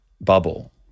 bubble